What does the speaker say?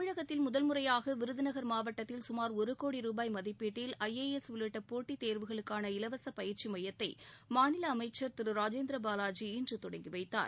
தமிழகத்தில் முதல் முறையாக விருதுநகர் மாவட்டத்தில் கமார் ஒரு கோடி ரூபாய் மதிப்பீட்டில் ஐ ஏ எஸ் உள்ளிட்ட போட்டித் தேர்வுகளுக்கான இலவச பயிற்சி மையத்தை மாநில அமைச்சர் திரு கே டி ராஜேந்திரபாலாஜி இன்று தொடங்கி வைத்தார்